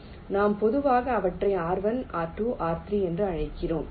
நாம் பொதுவாக அவற்றை r1 r2 r3 என்று அழைக்கிறோம்